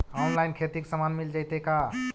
Online खेती के सामान मिल जैतै का?